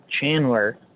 Chandler